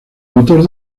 motor